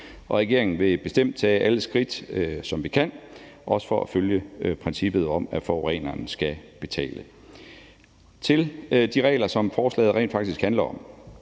om. Regeringen vil bestemt tage alle skridt, som vi kan, også for at følge princippet om, at forureneren skal betale. Med hensyn til de regler, som forslaget rent faktisk handler om,